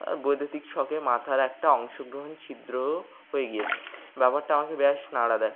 আর বৈদ্যুতিক শকে মাথার একটা অংশ ছিদ্র হয়ে গিয়েছে ব্যাপারটা আমাকে বেশ নাড়া দেয়